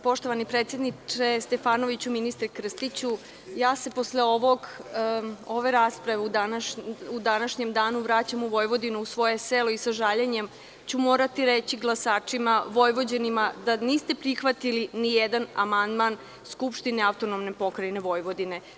Poštovani predsedniče Stefanoviću, ministre Krstiću, posle ove rasprave u današnjem danu vraćam se u Vojvodinu, u svoje selo i sa žaljenjem ću morati reći glasačima Vojvođanima da niste prihvatili nijedan amandman skupštine AP Vojvodine.